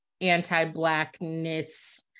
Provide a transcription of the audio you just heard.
anti-blackness